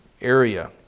area